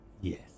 yes